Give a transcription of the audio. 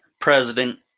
President